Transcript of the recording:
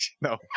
no